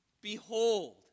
Behold